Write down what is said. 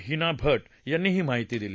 हिना भट यांनी ही माहिती दिली